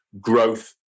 growth